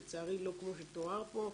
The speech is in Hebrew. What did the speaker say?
לצערי לא כמו שתואר פה.